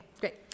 great